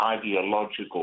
ideological